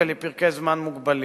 ולפרקי זמן מוגבלים.